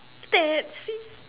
fancy